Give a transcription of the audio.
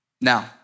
Now